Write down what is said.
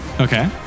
Okay